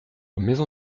maison